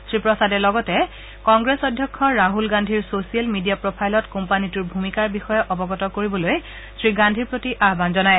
শ্ৰী প্ৰসাদে লগতে কংগ্ৰেছ অধ্যক্ষ ৰাহুল গান্ধীৰ ছচিয়েল মিডিয়া প্ৰফাইলত কোম্পানীটোৰ ভূমিকাৰ বিষয়ে অৱগত কৰিবলৈ শ্ৰী গান্ধীৰ প্ৰতি আহান জনায়